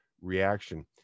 reaction